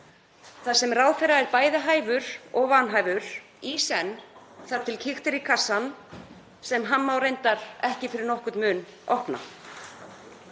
þar sem ráðherra er bæði hæfur og vanhæfur í senn þar til kíkt er í kassann, sem hann má reyndar ekki fyrir nokkurn mun opna.